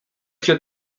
się